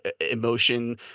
emotion